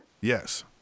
Yes